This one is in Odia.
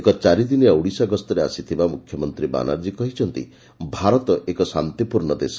ଏକ ଚାରିଦିନିଆ ଓଡ଼ିଶା ଗସ୍ଠରେ ଆସିଥିବା ମୁଖ୍ୟମନ୍ତୀ ବାନାର୍କୀ କହିଛନ୍ତି ଭାରତ ଏକ ଶାନ୍ତିପୂର୍ଶ୍ଣ ଦେଶ